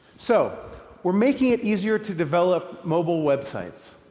so we're making it easier to develop mobile web sites,